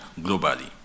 globally